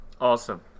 awesome